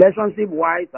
relationship-wise